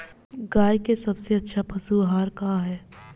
गाय के सबसे अच्छा पशु आहार का ह?